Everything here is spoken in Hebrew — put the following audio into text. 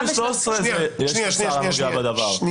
גם ב-13 יש השר הנוגע בדבר.